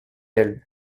elle